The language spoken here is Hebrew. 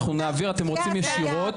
אנחנו נעביר, אתם רוצים ישירות?